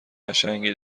قشنگی